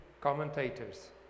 commentators